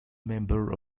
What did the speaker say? member